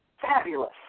fabulous